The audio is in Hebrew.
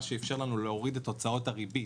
מה שאפשר לנו להוריד את הוצאות הריבית,